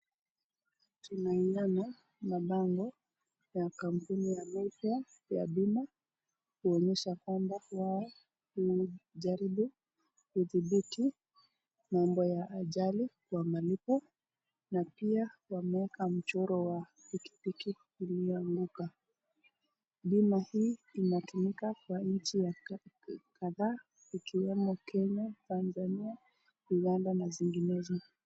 Tunaiona mabango ya kampuni ya mayfair ya Bima kuonyesha kwamba wao hujajaribu kudhibiti mambo ya ajali kwa malipo na pia wameweka mchoro wa pikipiki iliyoanguka. Bima hii inatumika kwa nchi kadhaa ikiwemo Kenya, Tanzania, Uganda na zinginezo.